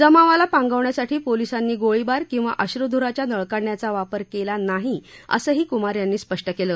जमावाला पांगवण्यासाठी पोलीसांनी गोळीबार किवा अश्रुधूराच्या नळकांड्याचा वापर केला नाही असंही कुमार यांनी स्पष्ट केलं